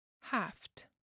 Haft